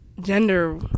gender